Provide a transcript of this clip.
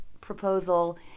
proposal